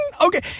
Okay